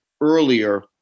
earlier